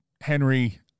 Henry